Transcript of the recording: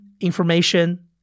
information